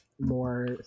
more